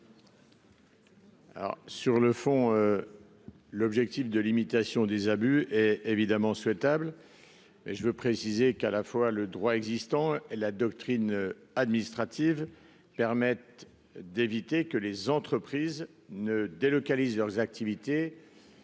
Sur le fond, l'objectif de limitation des abus est évidemment souhaitable. Toutefois, le droit existant et la doctrine administrative permettent d'éviter que des entreprises ne délocalisent leurs activités